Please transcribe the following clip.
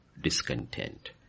discontent